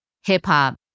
hip-hop